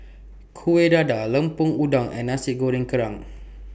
Kueh Dadar Lemper Udang and Nasi Goreng Kerang